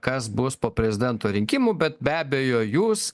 kas bus po prezidento rinkimų bet be abejo jūs